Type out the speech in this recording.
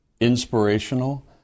inspirational